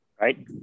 right